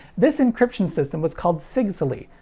this encryption system was called sigsaly,